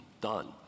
done